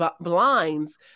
blinds